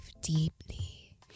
deeply